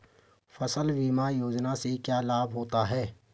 फसल बीमा योजना से क्या लाभ होता है?